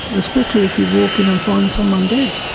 especially if you walk in and find someone dead.